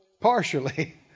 partially